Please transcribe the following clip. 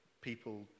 people